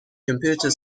computer